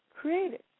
created